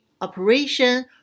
operation